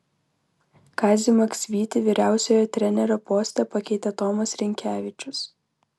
kazį maksvytį vyriausiojo trenerio poste pakeitė tomas rinkevičius